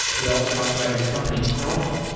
he also talks about his company chroma.